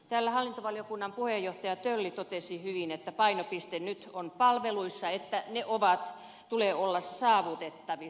täällä hallintovaliokunnan puheenjohtaja tölli totesi hyvin että painopiste nyt on palveluissa että niiden tulee olla saavutettavissa